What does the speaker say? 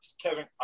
Kevin